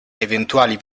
eventuali